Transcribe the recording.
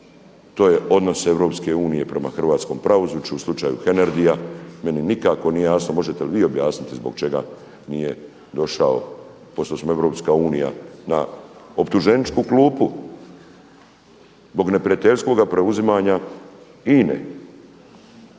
to je odnos Europske unije prema hrvatskom pravosuđu u slučaju Hernadia. Meni nije nikako jasno, možete li vi objasniti zbog čega nije došao pošto smo EU na optuženičku klupu zbog neprijateljskoga preuzimanja INA-e.